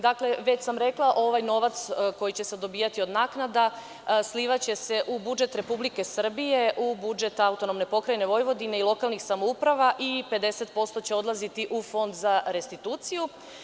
Dakle, već sam rekla ovaj novac koji će se dobijati od naknada slivaće se u budžet Republike Srbije, u budžet AP Vojvodine i lokalnih samouprava i 50% će odlaziti u Fond za restituciju.